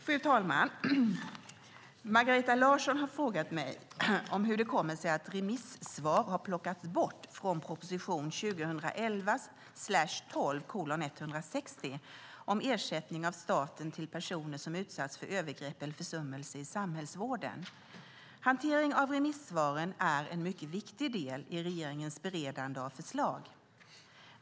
Fru talman! Margareta Larsson har frågat mig hur det kommer sig att remissvar har plockats bort från proposition 2011/12:160 om ersättning från staten till personer som utsatts för övergrepp eller försummelser i samhällsvården. Hantering av remissvar är en mycket viktig del i regeringens beredande av förslag.